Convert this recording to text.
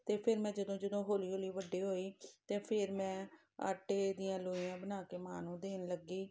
ਅਤੇ ਫਿਰ ਮੈਂ ਜਦੋਂ ਜਦੋਂ ਹੌਲੀ ਹੌਲੀ ਵੱਡੇ ਹੋਈ ਤਾਂ ਫਿਰ ਮੈਂ ਆਟੇ ਦੀਆਂ ਲੋਈਆਂ ਬਣਾ ਕੇ ਮਾਂ ਨੂੰ ਦੇਣ ਲੱਗੀ